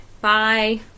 Bye